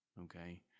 okay